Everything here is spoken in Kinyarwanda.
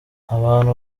abantu